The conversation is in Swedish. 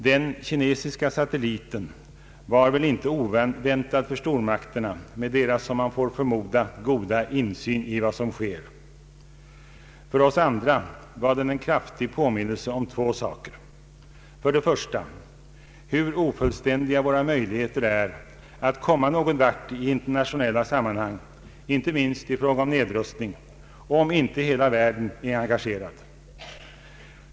Den kinesiska satelliten var väl inte oväntad för stormakterna med deras, som man får förmoda, goda insyn i vad som sker. För oss andra var den en kraftig påminnelse om två saker. För det första visar den hur ofullständiga våra möjligheter är att komma någon vart i internationella sammanhang — inte minst i fråga om nedrustning — om inte hela världen är engagerad.